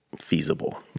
feasible